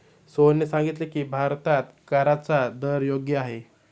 सोहनने सांगितले की, भारतात कराचा दर योग्य आहे